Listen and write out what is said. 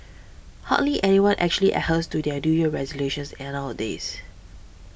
hardly anyone actually adheres to their New Year resolutions and nowadays